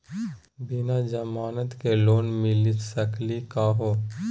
बिना जमानत के लोन मिली सकली का हो?